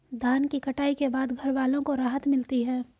धान की कटाई के बाद घरवालों को राहत मिलती है